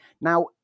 now